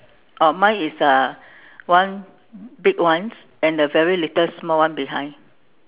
oh mine is a one big one and the very little small one behind